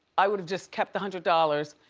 i would have just kept a hundred dollars,